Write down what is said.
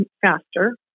faster